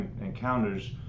encounters